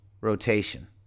rotation